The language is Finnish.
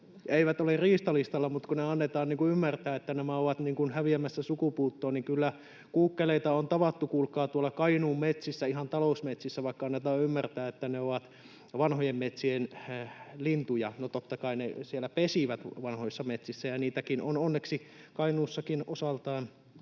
Eivät ole riistalistalla, mutta kun annetaan ymmärtää, että ne ovat häviämässä sukupuuttoon, niin kyllä kuukkeleita on tavattu, kuulkaa, ihan tuolla Kainuun talousmetsissä, vaikka annetaan ymmärtää, että ne ovat vanhojen metsien lintuja. No, totta kai ne pesivät siellä vanhoissa metsissä, ja niitäkin on onneksi Kainuussakin osaltaan